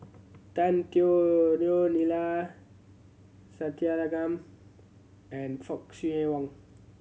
Tan Teo Neo Neila Sathyalingam and Fock Siew Wang